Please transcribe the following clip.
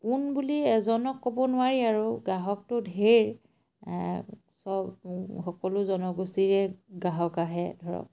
কোন বুলি এজনক ক'ব নোৱাৰি আৰু গ্ৰাহকটো ঢেৰ চব সকলো জনগোষ্ঠীৰে গ্ৰাহক আহে ধৰক